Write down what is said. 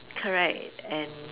correct and